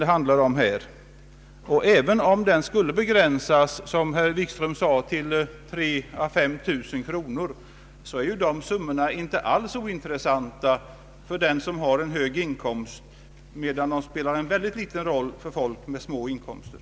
Även om den, som herr Wikström sade, skulle begränsas till 3 000 å 5 000 kronor, är de summorna inte alls ointressanta för dem som har en hög inkomst, medan de spelar en mycket liten roll för folk med små inkomster.